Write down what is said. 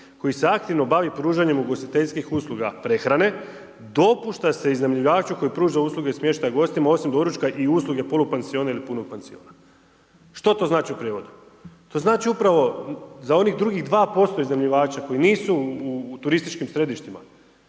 koji se aktivno bavi pružanjem ugostiteljskih usluga prehrane, dopušta se iznajmljivaču koji pruža usluge smještaja gostima osim doručka i usluge polupansiona ili punog pansiona. Što to znači u prijevodu? To znači upravo za onih drugih 2% iznajmljivača koji nisu u turističkim središtima